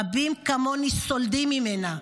רבים כמוני סולדים ממנה,